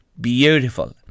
Beautiful